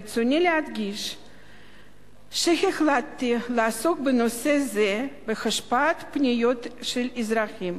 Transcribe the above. ברצוני להדגיש שהתחלתי לעסוק בנושא זה בהשפעת פניות של אזרחים,